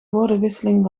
woordenwisseling